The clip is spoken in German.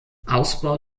ausbau